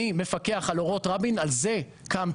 אני מפקח על אורות רבין, על זה קמתי.